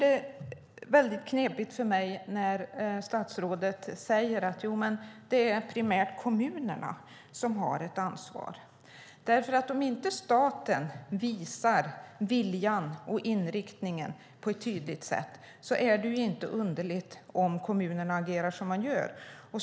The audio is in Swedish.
Det blir knepigt för mig när statsrådet säger att det är primärt kommunerna som har ansvaret. Om inte staten visar viljan och inriktningen på ett tydligt sätt är det inte underligt om kommunerna agerar som de gör.